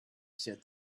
said